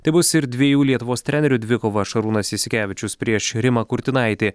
tai bus ir dviejų lietuvos trenerių dvikova šarūnas jasikevičius prieš rimą kurtinaitį